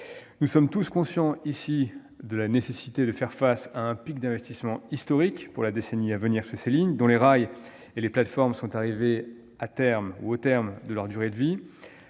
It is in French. Nous sommes tous conscients ici de la nécessité de faire face à un pic d'investissements historique pour la décennie à venir sur ces lignes, dont les rails et les plateformes sont arrivés au terme de leur durée de vie.